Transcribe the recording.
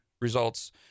results